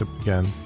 again